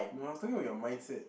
no I was talking about your mindset